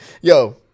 yo